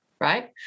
Right